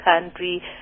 country